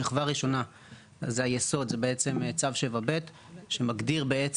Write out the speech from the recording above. שכבה ראשונה זה היסוד צו 7/ב שמגדיר את